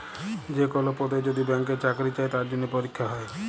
যে কল পদে যদি ব্যাংকে চাকরি চাই তার জনহে পরীক্ষা হ্যয়